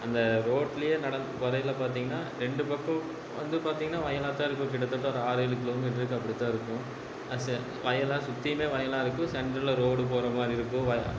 அந்த ரோட்டிலயே நடந்து வரையில் பார்த்திங்கனா ரெண்டு பக்கம் வந்து பார்த்திங்கனா வயலாக தான் இருக்கும் கிட்டத்தட்ட ஒரு ஆறு ஏழு கிலோ மீட்டருக்கு அப்படிதான் இருக்கும் அசு வயலாக சுற்றியுமே வயலாக இருக்கும் சென்ட்ரில் ரோடு போகிற மாதிரி இருக்கும் வ